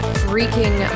freaking